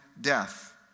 death